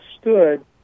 stood